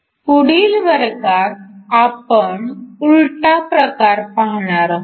पुढील वर्गात आपण उलटा प्रकार पाहणार आहोत